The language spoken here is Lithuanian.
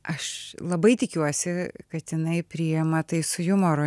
aš labai tikiuosi kad jinai priima tai su jumoru